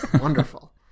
Wonderful